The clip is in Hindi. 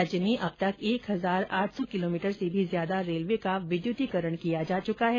राज्य में अब तक एक हजार आठ सौ किलोमीटर से भी ज्यादा रेलवे का विद्यतिकरण किया जा चुका है